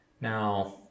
now